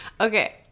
Okay